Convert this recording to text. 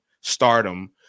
stardom